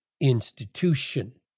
institution